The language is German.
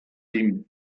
dem